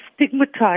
stigmatized